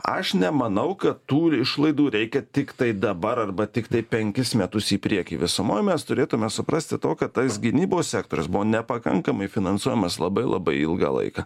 aš nemanau kad tų išlaidų reikia tiktai dabar arba tiktai penkis metus į priekį visumoj mes turėtume suprasti to kad tas gynybos sektorius buvo nepakankamai finansuojamas labai labai ilgą laiką